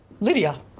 lydia